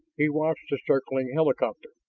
he watched the circling helicopter.